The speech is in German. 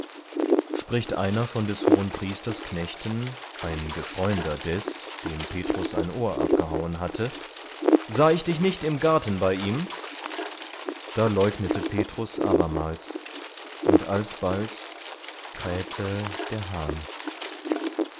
spricht einer von des hohenpriesters knechten ein gefreunder des dem petrus ein ohr abgehauen hatte sah ich dich nicht im garten bei ihm da leugnete petrus abermals und alsbald krähte der hahn